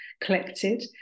collected